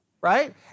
right